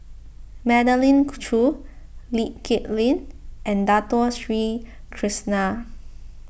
Magdalene Khoo Lee Kip Lin and Dato Sri Krishna